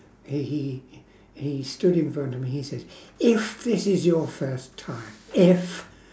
he he he he stood in front of me he says if this is your first time if